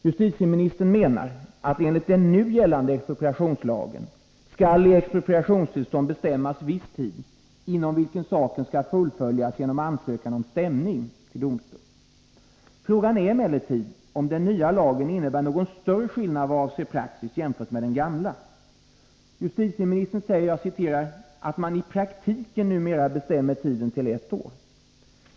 Justitieministern menar att enligt den nu gällande expropriationslagen skall i expropriationstillstånd bestämmas viss tid inom vilken saken skall fullföljas genom ansökan om stämning till domstol. Frågan är emellertid om den nya lagen innebär någon större skillnad vad avser praxis jämfört med den gamla. Justitieministern säger att man ”i praktiken” numera bestämmer tiden till ett år.